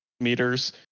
meters